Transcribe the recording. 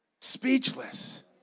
Speechless